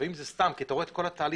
לפעמים אתה רואה את כל התהליך.